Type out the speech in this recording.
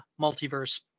multiverse